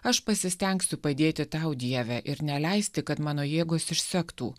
aš pasistengsiu padėti tau dieve ir neleisti kad mano jėgos išsektų